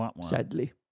Sadly